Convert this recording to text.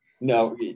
no